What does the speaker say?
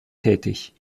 tätig